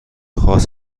خاص